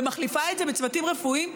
ומחליפה את זה ב"צוותים רפואיים",